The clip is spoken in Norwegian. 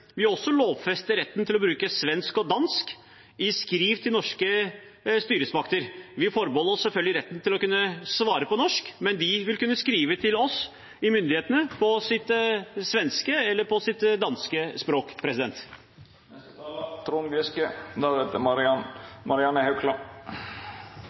vi lovfester retten til å bruke svensk og dansk i skriv til norske styresmakter. Vi forbeholder oss selvfølgelig retten til å kunne svare på norsk, men de vil kunne skrive til oss, til myndighetene, på sitt svenske eller sitt danske språk.